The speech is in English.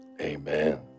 Amen